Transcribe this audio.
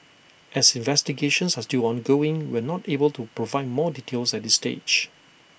as investigations are still ongoing we are not able to provide more details at this stage